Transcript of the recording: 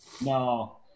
No